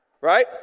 Right